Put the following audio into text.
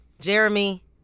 Jeremy